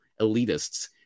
elitists